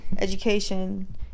education